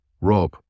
Rob